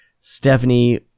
Stephanie